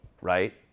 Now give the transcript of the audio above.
right